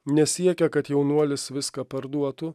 nesiekia kad jaunuolis viską parduotų